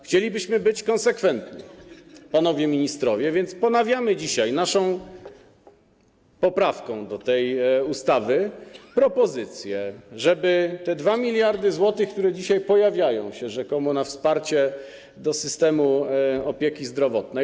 Chcielibyśmy być konsekwentni, panowie ministrowie, więc ponawiamy dzisiaj naszą poprawkę do tej ustawy, propozycję, żeby te 2 mld zł, które dzisiaj pojawiają się rzekomo na wsparcie systemu opieki zdrowotnej.